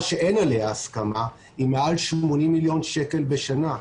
שאין עליה הסכמה היא מעל 80 מיליון שקל בשנה.